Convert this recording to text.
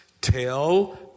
Tell